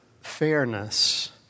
fairness